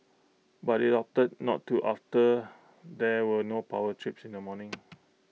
but IT opted not to after there were no power trips in the morning